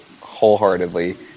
wholeheartedly